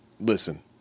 listen